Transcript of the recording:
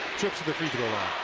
trip to the free-throw line.